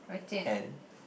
Wei-Jian